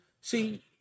See